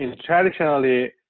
traditionally